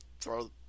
throw